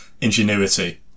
ingenuity